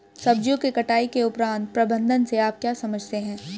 सब्जियों के कटाई उपरांत प्रबंधन से आप क्या समझते हैं?